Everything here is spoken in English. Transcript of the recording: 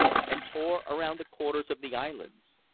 and tore around the corners of the islands.